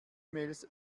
mails